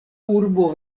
urbo